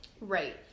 Right